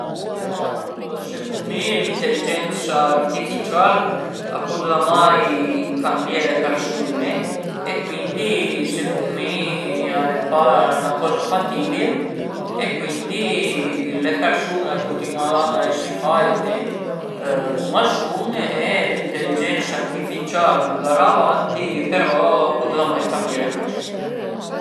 Ma alura secund mi l'inteligensa artificial a pudrà mai cambié le persun-e e cuindi secund mi al e pa 'na coza fatibil e cuindi le persun-e a cuntinueran a esi faite cum a sun e l'inteligensa artificiala a andrà avanti, però a pudrà mai cambié le persun-e